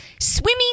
swimming